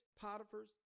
Potiphar's